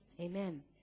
Amen